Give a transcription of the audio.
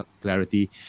clarity